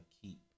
keep